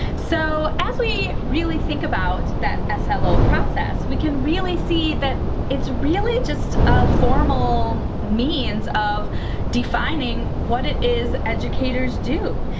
so as we really think about that ah slo process, we can really see that it's really just a formal means of defining what it is educators do.